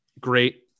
great